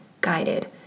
guided